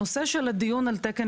הנושא של הדיון על תקן